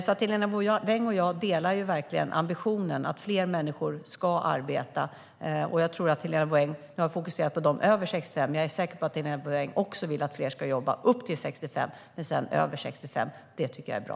Helena Bouveng och jag delar verkligen ambitionen att fler människor ska arbeta. Helena Bouveng har fokuserat på dem som är över 65, men jag är säker på att hon också vill att fler ska jobba upp till 65 och sedan över 65. Det tycker jag är bra.